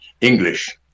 English